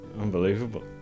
unbelievable